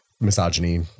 misogyny